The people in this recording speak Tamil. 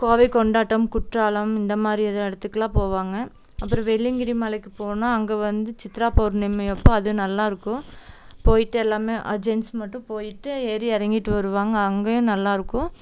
கோவை கொண்டாட்டம் குற்றாலம் இந்த மாதிரி எதுவும் இடத்துக்குலாம் போவாங்க அப்புறம் வெள்ளியங்கிரி மலைக்கு போனால் அங்கே வந்து சித்ராபவுர்ணமி அப்போது அதுவும் நல்லாயிருக்கும் போய்விட்டு எல்லாமே ஜென்ஸ் மட்டும் போய்விட்டு ஏறி இறங்கிட்டு வருவாங்க அங்கேயும் நல்லாயிருக்கும்